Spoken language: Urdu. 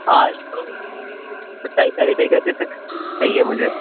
آج تو ستائیس تاریخ ہے اکتیس تک چاہیے مجھے